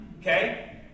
Okay